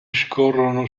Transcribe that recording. scorrono